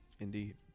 Indeed